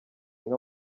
inka